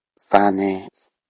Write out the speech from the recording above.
finance